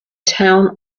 town